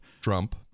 Trump